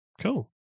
Cool